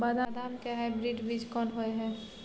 बदाम के हाइब्रिड बीज कोन होय है?